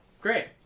Great